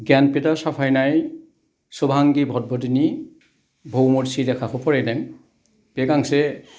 गियानपितआव साफायनाय सुभांगि भड बधिनि भौमर सिजाखाखौ फरायदों बे गांसे